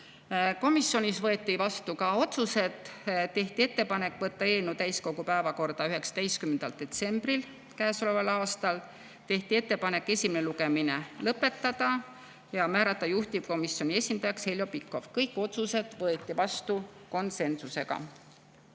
Komisjonis võeti vastu ka otsused. Tehti ettepanek võtta eelnõu täiskogu päevakorda 19. detsembril käesoleval aastal, tehti ettepanek esimene lugemine lõpetada ja [tehti ettepanek] määrata juhtivkomisjoni esindajaks Heljo Pikhof. Kõik otsused võeti vastu konsensusega.